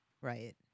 Right